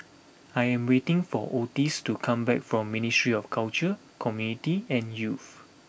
I am waiting for Otis to come back from Ministry of Culture Community and Youth